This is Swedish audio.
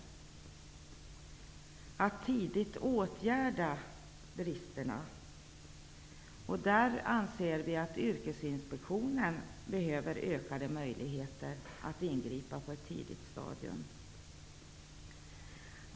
Det gäller att kunna åtgärda bristerna på ett tidigt stadium. Vi anser därför att Yrkesinspektionen behöver ökade möjligheter att ingripa.